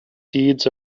deeds